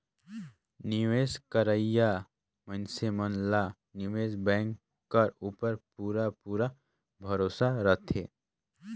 निवेस करोइया मइनसे मन ला निवेस बेंक कर उपर पूरा पूरा भरोसा रहथे